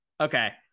Okay